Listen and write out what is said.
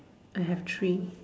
I have three